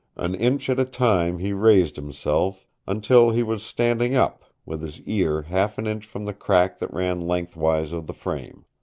an inch at a time he raised himself, until he was standing up, with his ear half an inch from the crack that ran lengthwise of the frame.